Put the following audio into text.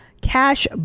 cash